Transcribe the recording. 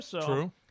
True